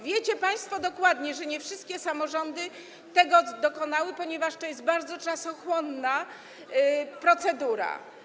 Wiecie państwo dokładnie, że nie wszystkie samorządy tego dokonały, ponieważ to jest bardzo czasochłonna procedura.